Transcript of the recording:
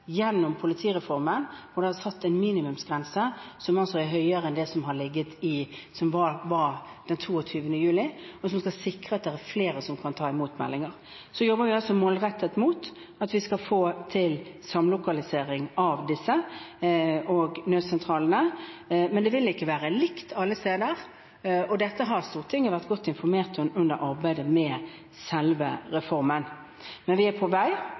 gjennom politireformen, hvor det er satt en minimumsgrense som er høyere enn den som var 22. juli, som skal sikre at det er flere som kan ta imot meldinger. Vi jobber altså målrettet for at vi skal få til samlokalisering av disse og nødsentralene, men det vil ikke være likt alle steder. Dette har Stortinget vært godt informert om under arbeidet med selve reformen. Men vi er på vei,